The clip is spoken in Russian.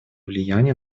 влияние